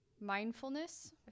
Mindfulness